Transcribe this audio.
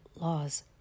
laws